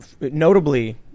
Notably